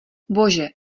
bože